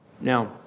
Now